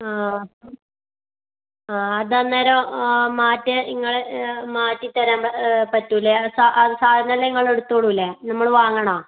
ആ ആ അതന്നേരം മാറ്റിയ ഇങ്ങൾ മാറ്റിത്തരാൻ പറ്റൂല്ലേ അ സ അ സാധനമെല്ലാം നിങ്ങളെടുത്തോളൂല്ലെ നമ്മൾ വാങ്ങണോ